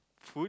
food